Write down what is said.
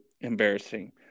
embarrassing